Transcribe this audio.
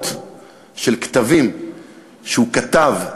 ערמות של כתבים שהוא כתב והשאיר,